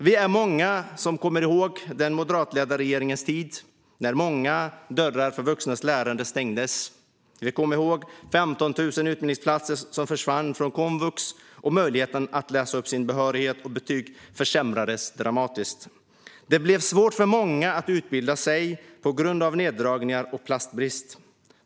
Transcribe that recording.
Vi är många som kommer ihåg den moderatledda regeringens tid, när många dörrar för vuxnas lärande stängdes. Vi kommer ihåg de 15 000 utbildningsplatser som försvann från komvux. Möjligheten att läsa upp sin behörighet och betyg försämrades dramatiskt. Det blev svårt för många att utbilda sig på grund av neddragningar och platsbrist.